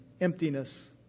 emptiness